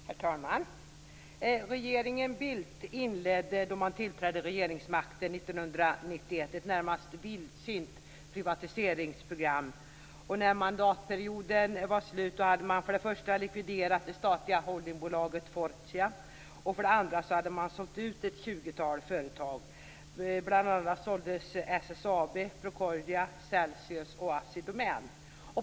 Herr talman! Regeringen Bildt inledde, då man tillträdde regeringsmakten 1991, ett närmast vildsint privatiseringsprogram. När mandatperioden var slut hade man för det första likviderat det statliga holdingbolaget Fortia och för det andra sålt ut ett 20-tal företag. Bland annat såldes SSAB, Procordia, Celsius och Assi Domän.